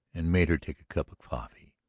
and made her take a cup of coffee.